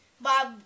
Bob